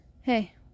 hey